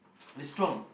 is strong